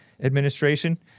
Administration